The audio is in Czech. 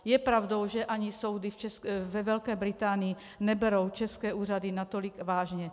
Je pravdou, že ani soudy ve Velké Británii neberou české úřady natolik vážně.